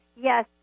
Yes